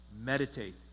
Meditate